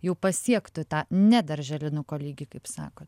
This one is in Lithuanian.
jau pasiektų tą ne darželinuko lygį kaip sakot